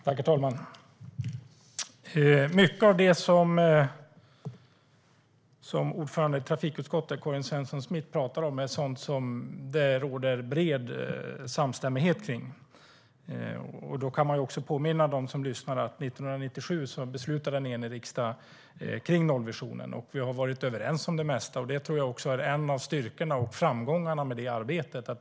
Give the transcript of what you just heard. Herr talman! Mycket av det som ordföranden i trafikutskottet, Karin Svensson Smith, talar om är sådant som det råder bred samstämmighet om. Man kan påminna dem som lyssnar om att 1997 beslutade en enig riksdag om nollvisionen. Vi har varit överens om det mesta, och det tror jag också är en av styrkorna och framgångarna med det arbetet.